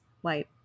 white